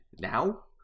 now